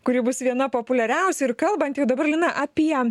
kuri bus viena populiariausių ir kalbant jau dabar lina apie